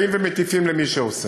באים ומטיפים למי שעושה.